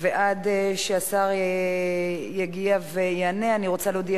עד שהשר יגיע ויענה אני רוצה להודיע